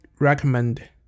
recommend